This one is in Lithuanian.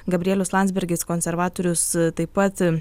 gabrielius landsbergis konservatorius taip pat